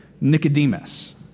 Nicodemus